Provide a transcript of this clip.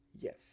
Yes